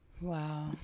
Wow